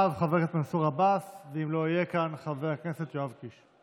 אני מכיר היטב את רהט וכסייפה וחורה ולקיה ואבו תלול ואת הפזורה וערוער.